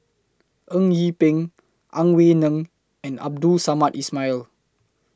Eng Yee Peng Ang Wei Neng and Abdul Samad Ismail